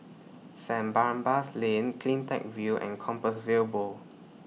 Saint Barnabas Lane CleanTech View and Compassvale Bow